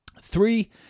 Three